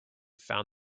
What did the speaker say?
found